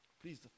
please